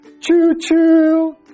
Choo-choo